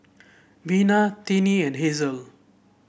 Vina Tinnie and Hasel